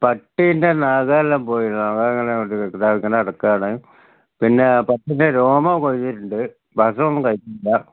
പട്ടീന്റെ നഖമെല്ലാം പോയേക്കുകയാണ് നഖമിങ്ങനെ വിട്ട് ദാ ഇങ്ങനെ കിടക്കുകയാണ് പിന്നെ പട്ടീന്റെ രോമം കൊഴിഞ്ഞിട്ടുണ്ട് ഭക്ഷണമൊന്നും കഴിക്കുന്നില്ല